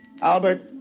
Albert